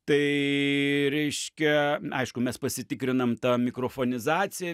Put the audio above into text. tai reiškia aišku mes pasitikriname tą mikrofonizaciją